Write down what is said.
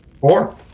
Four